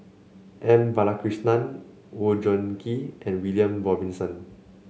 M Balakrishnan Oon Jin Gee and William Robinson